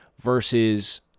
versus